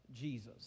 Jesus